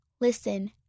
Listen